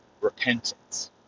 repentance